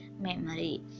memory